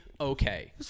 okay